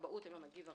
כבאות הם המגיב הראשון.